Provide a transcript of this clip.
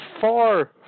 far